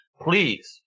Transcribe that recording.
Please